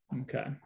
Okay